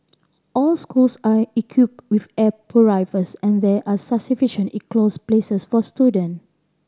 all schools are equipped with air purifiers and there are sufficient enclosed places for student